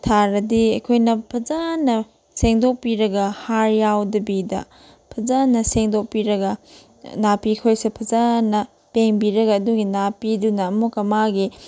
ꯊꯥꯔꯗꯤ ꯑꯩꯈꯣꯏꯅ ꯐꯖꯅ ꯁꯦꯡꯗꯣꯛꯄꯤꯔꯒ ꯍꯥꯔ ꯌꯥꯎꯗꯕꯤꯗ ꯐꯖꯅ ꯁꯦꯡꯗꯣꯛꯄꯤꯔꯒ ꯅꯥꯄꯤꯈꯣꯏꯁꯨ ꯐꯖꯅ ꯄꯦꯡꯕꯤꯔꯒ ꯑꯗꯨꯒꯤ ꯅꯥꯄꯤꯗꯨꯅ ꯑꯃꯨꯛꯀ ꯃꯥꯒꯤ